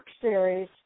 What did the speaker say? Series